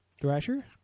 Thrasher